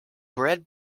bred